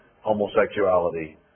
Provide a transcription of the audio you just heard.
homosexuality